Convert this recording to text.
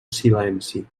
silenci